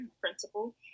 principal